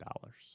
dollars